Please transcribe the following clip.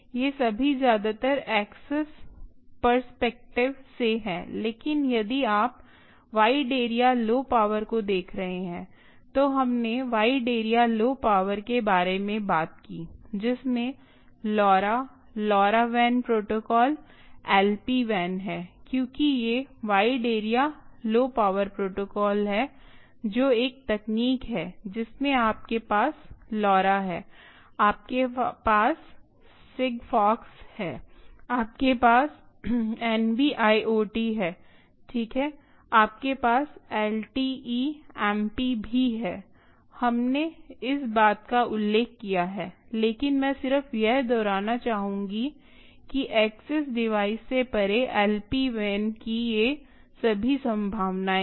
ये सभी ज्यादातर एक्सेस पर्सपेक्टिव से हैं लेकिन यदि आप वाइड एरिया लो पावर को देख रहे हैं तो हमने वाइड एरिया लो पावर के बारे में बात की जिसमें लोरा लोरा वैन प्रोटोकॉल Lpwan है क्योंकि ये wide area low power network protocol हैं जो एक तकनीक हैं जिसमें आपके पास लोरा है आपके पास सिगफॉक्स है आपके पास एनबी आईओटी है ठीक है आपके पास एलटीई एम पी भी है हमने इस बात का उल्लेख किया है लेकिन मैं सिर्फ यह दोहराना चाहूंगी कि एक्सेस डिवाइस से परे एलपी वैन की ये सभी संभावनाएं हैं